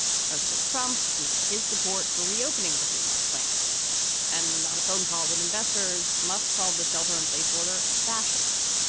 president trump tweeted his support for reopening the fremont plant and on a phone call with investors, must called the shelter in place order fascist.